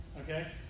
Okay